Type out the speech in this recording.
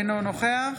אינו נוכח